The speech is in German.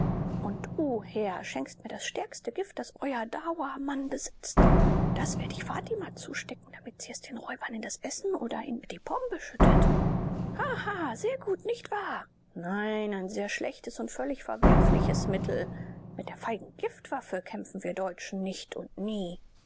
und du herr schenkst mir das stärkste gift das euer dauamann besitzt das werde ich fatima zustecken damit sie es den räubern in das essen oder die pombe schüttet haha sehr gut nicht wahr nein ein sehr schlechtes und völlig verwerfliches mittel mit der feigen giftwaffe kämpfen wir deutschen nicht und nie